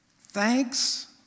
Thanks